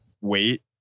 wait